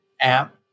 app